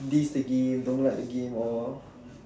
diss the game don't like the game all